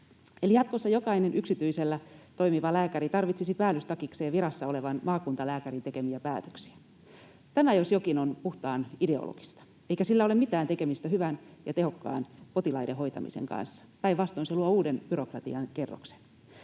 jatkossa jokainen yksityisellä toimiva lääkäri tarvitsisi päällystakikseen virassa olevan maakuntalääkärin tekemiä päätöksiä. Tämä jos jokin on puhtaan ideologista, eikä sillä ole mitään tekemistä hyvän ja tehokkaan potilaiden hoitamisen kanssa. Päinvastoin, se luo uuden byrokratian kerroksen.